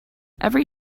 every